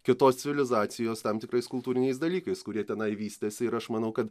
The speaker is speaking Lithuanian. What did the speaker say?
kitos civilizacijos tam tikrais kultūriniais dalykais kurie tenai vystėsi ir aš manau kad